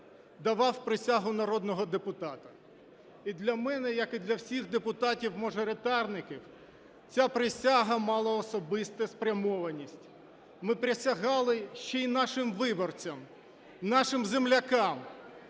давав присягу народного депутата. І для мене, як і для всіх депутатів-мажоритарників, ця присяга мала особисту спрямованість. Ми присягали ще й наших виборцям, нашим землякам,